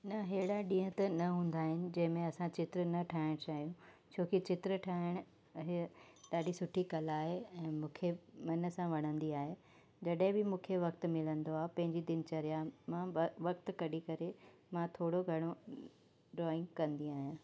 न हेड़ा ॾींहुं त न हूंदा आहिनि जंहिंमें असां चित्र न ठाहिणु चाहियूं छो कि चित्र ठाहिणु आहे ॾाढी सुठी कला आहे ऐं मूंखे मन सां वणंदी आहे जॾहिं बि मूंखे वक़्ति मिलंदो आहे पंहिंजी दिनचर्या मां बि वक़्ति कढी करे मां थोरो घणो ड्रॉइंग कंदी आहियां